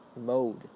mode